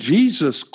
Jesus